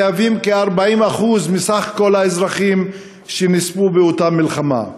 המהווים כ-40% מכלל האזרחים שנספו באותה מלחמה: